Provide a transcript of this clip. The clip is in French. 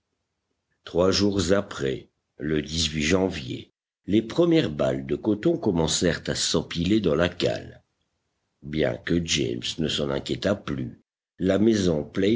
trois jours après le janvier les premières balles de coton commencèrent à s'empiler dans la cale bien que james ne s'en inquiétât plus la maison